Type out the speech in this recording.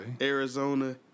Arizona